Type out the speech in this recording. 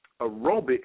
aerobic